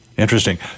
Interesting